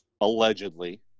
Allegedly